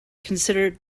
considered